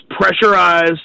pressurized